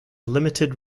limited